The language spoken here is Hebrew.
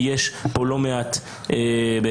כי יש פה לא מעט כשלים,